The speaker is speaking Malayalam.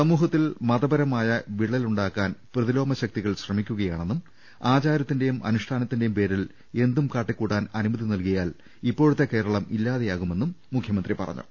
സമൂഹത്തിൽ മതപരമായ വിള്ളലുണ്ടാക്കാൻ പ്രതിലോമ ശക്തി കൾ ശ്രമിക്കുകയാണെന്നും ആചാരത്തിന്റേയും അനുഷ്ഠാനത്തി ന്റേയും പേരിൽ എന്തും കാട്ടിക്കൂട്ടാൻ അനുമതി നൽകിയാൽ ഇപ്പോ ഴത്തെ കേരളം ഇല്ലാതെയാകുമെന്നും മുഖ്യമന്ത്രി പറഞ്ഞു